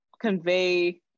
convey